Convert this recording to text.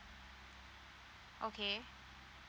okay